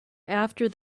after